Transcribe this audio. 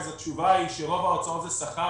אז התשובה היא שרוב ההוצאות זה שכר,